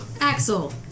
Axel